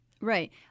Right